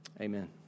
Amen